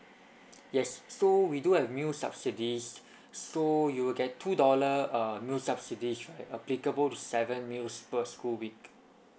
yes so we do have meal subsidies so you'll get two dollar uh meal subsidies right applicable to seven meals per school week